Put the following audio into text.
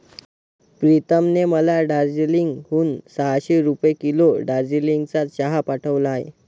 प्रीतमने मला दार्जिलिंग हून सहाशे रुपये किलो दार्जिलिंगचा चहा पाठवला आहे